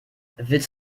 willst